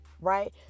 right